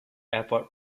airport